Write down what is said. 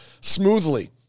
smoothly